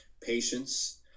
patience